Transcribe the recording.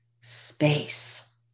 space